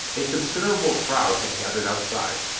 a considerable crowd had gathered outside,